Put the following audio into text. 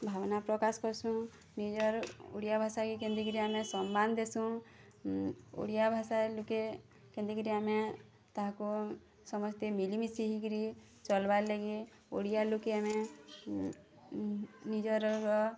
ଭାବନା ପ୍ରକାଶ କରୁସୁଁ ନିଜର ଓଡ଼ିଆ ଭାଷା କେନ୍ତି କିରି ଆମେ ସମ୍ମାନ୍ ଦେସୁଁ ଓଡ଼ିଆ ଭାଷାର ଲୋକେ କେନ୍ତି କିରି ଆମେ ତାହାକୁ ସମସ୍ତେ ମିଳି ମିଶି ହେଇକିରି ଚଳ୍ବାର୍ ଲାଗି ଓଡ଼ିଆ ଲୋକ ଆମେ ନିଜର୍